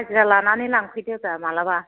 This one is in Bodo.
हाजिरा लानानै लांफैदोब्रा माब्लाबा